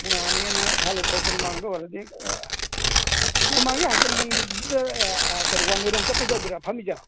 ꯈꯣꯡꯅꯥꯡ ꯑꯅꯤꯑꯅ ꯈꯜꯂꯨꯕ ꯀꯣꯅꯨꯡꯃꯥꯡꯗ ꯑꯣꯏꯔꯒꯗꯤ ꯀꯣꯅꯨꯡꯃꯥꯡꯒꯤ ꯍꯥꯏꯖꯤꯟꯕꯝꯒꯤꯗ ꯀꯩꯅꯣ ꯋꯥꯡꯈꯩꯔꯣꯝ ꯆꯠꯄꯩꯗꯣ ꯑꯗꯔꯣ ꯐꯝꯃꯤꯗꯣ